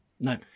No